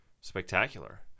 spectacular